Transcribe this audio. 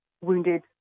wounded